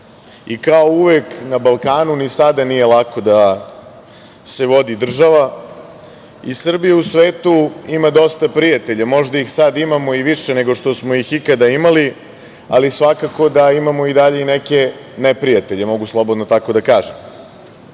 i kao uvek na Balkanu ni sada nije lako da se vodi država i Srbija u svetu ima dosta prijatelja, možda ih sada imamo i više nego što smo ih ikada imali, ali svakako da imamo dalje neke neprijatelje, mogu slobodno tako da kažem.